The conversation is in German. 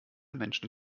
menschen